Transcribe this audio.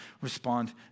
respond